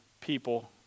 people